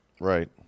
Right